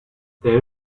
there